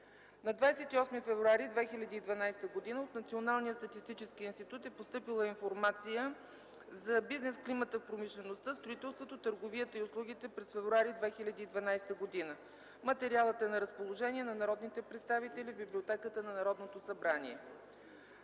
На 28 февруари 2012 г. от Националния статистически институт е постъпила информация за бизнес климата в промишлеността, строителството, търговията и услугите през февруари 2012 г. Материалът е на разположение на народните представители в Библиотеката на Народното събрание.